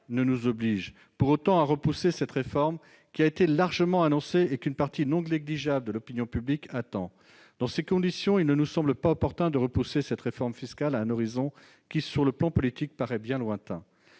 ne nous oblige pour autant à repousser cette réforme fiscale, qui a déjà été largement annoncée et qu'une partie non négligeable de l'opinion publique attend. Dans ces conditions, il ne nous semble pas opportun de la renvoyer à un horizon qui, sur le plan politique, paraît bien lointain.